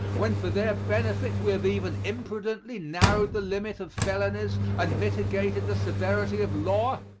when for their benefit we have even imprudently narrowed the limit of felonies and mitigated the severity of law?